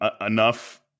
enough